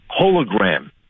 hologram